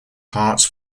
hearts